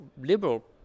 liberal